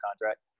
contract